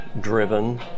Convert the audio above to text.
driven